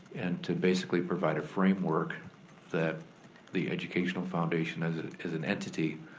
and to basically provide a framework that the educational foundation, as ah as an entity,